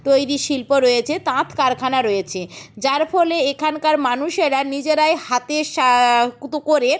তৈরি শিল্প রয়েছে তাঁত কারখানা রয়েছে যার ফলে এখানকার মানুষেরা নিজেরাই হাতের সা করে